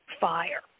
Fire